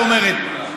זאת אומרת,